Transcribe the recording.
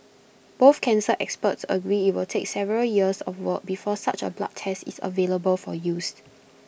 both cancer experts agree IT will take several years of work before such A blood test is available for use